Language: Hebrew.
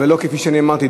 ולא כפי שאני אמרתי,